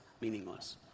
meaningless